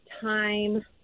time